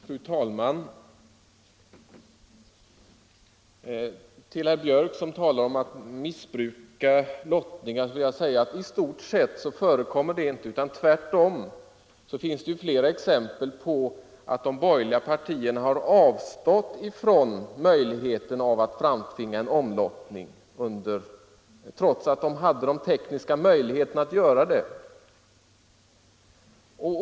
Fru talman! Till herr Björck i Nässjö som talar om missbruk av lottningsförfarandet vill jag säga att det i stort sett inte förekommer. Tvärtom finns det flera exempel på att de borgerliga partierna har avstått från möjligheten att framtvinga en omlottning trots att de haft de tekniska möjligheterna att göra detta.